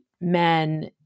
men